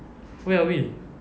where are we